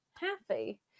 happy